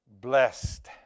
Blessed